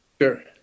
Sure